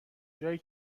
جایی